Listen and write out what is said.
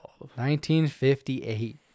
1958